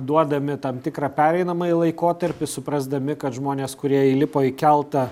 duodami tam tikrą pereinamąjį laikotarpį suprasdami kad žmonės kurie įlipo į keltą